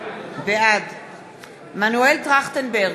בעד מנואל טרכטנברג,